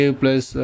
plus